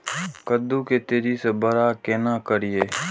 कद्दू के तेजी से बड़ा केना करिए?